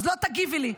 אז לא תגיבי לי,